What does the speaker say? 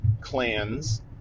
clans